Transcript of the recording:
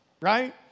right